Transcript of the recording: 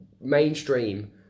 mainstream